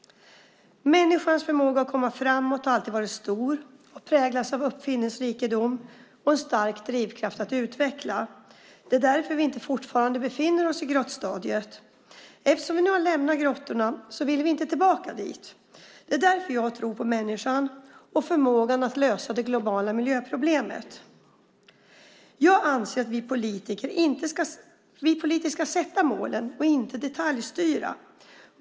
Människans förmåga att komma framåt har alltid varit stor och präglats av uppfinningsrikedom och en stark drivkraft att utveckla. Det är därför som vi inte fortfarande befinner oss i grottstadiet. Eftersom vi nu har lämnat grottorna vill vi inte tillbaka dit. Det är därför som jag tror på människan och människans förmåga att lösa det globala miljöproblemet. Jag anser att vi politiker ska sätta målen och inte detaljstyra.